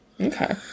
Okay